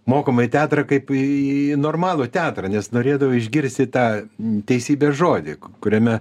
mokomąjį teatrą kaip į normalų teatrą nes norėdavo išgirsti tą teisybės žodį kuriame